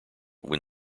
when